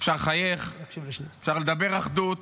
אפשר לחייך, אפשר לדבר אחדות,